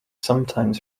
sometimes